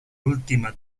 última